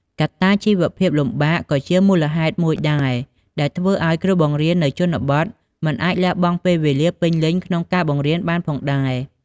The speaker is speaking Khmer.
កត្តាជីវភាពលំបាកក៏ជាមូលហេតុមួយដែរ ដែលធ្វើឲ្យគ្រូបង្រៀននៅជនបទមិនអាចលះបង់ពេលវេលាពេញលេញក្នុងការបង្រៀនបានផងដែរ។